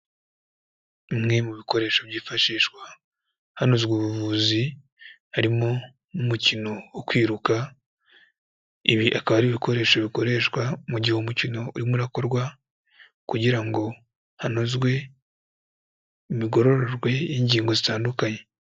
Bimwe mu bikoresho byifashishwa hanozwa ubuvuzi harimo n'umukino wo kwiruka, ibi akaba ari ibikoresho bikoreshwa mu gihe umukino urimo urakorwa kugira ngo hanozwe imigorororwe y'ingingo zitandukanye.